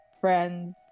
friends